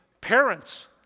parents